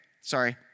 sorry